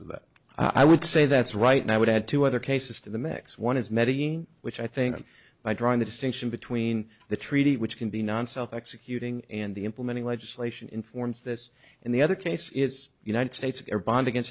to that i would say that's right now i would add two other cases to the mix one is meddling which i think by drawing the distinction between the treaty which can be non self executing and the implementing legislation informs this and the other case is united states or bond against